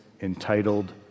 entitled